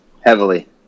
Heavily